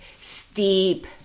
steep